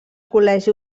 col·legi